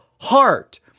heart